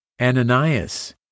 Ananias